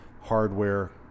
hardware